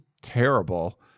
terrible